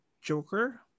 Joker